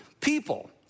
people